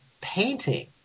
painting